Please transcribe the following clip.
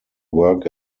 work